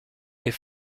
est